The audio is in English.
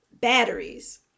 batteries